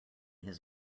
his